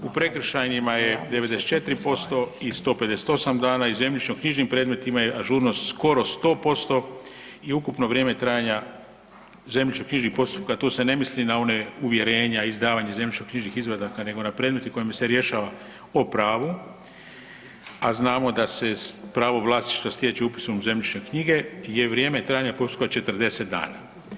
U prekršajnima je 94% i 158 dana i zemljišno-knjižnim predmetima je ažurnost skoro 100% i ukupno vrijeme trajanja zemljišno-knjižnih postupaka tu se ne misli na one uvjerenja, izdavanje zemljišno-knjižnih izvadaka nego na predmete kojima se rješava o pravu, a znamo da se pravo vlasništva stječe upisom u zemljišne knjige je vrijeme trajanja postupka 40 dana.